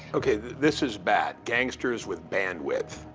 okay, this is bad gangsters with bandwidth.